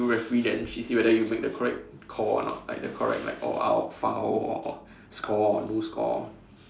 you referee then she see whether you make the correct call or not like the correct like oh out foul or score or no score